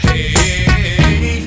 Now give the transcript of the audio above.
Hey